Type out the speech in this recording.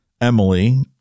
emily